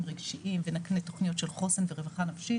רגשיים ונקנה תוכניות של חוסן ורווחה נפשית.